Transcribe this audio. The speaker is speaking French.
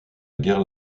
gare